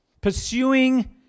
pursuing